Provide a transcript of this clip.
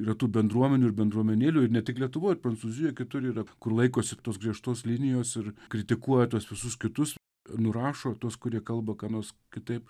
yra tų bendruomenių ir bendruomenėlių ir ne tik lietuvoj ir prancūzijoj kitur yra kur laikosi tos griežtos linijos ir kritikuoja tuos visus kitus nurašo tuos kurie kalba ką nors kitaip